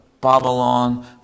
Babylon